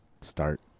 start